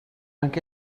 anche